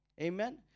Amen